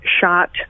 shot